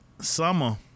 Summer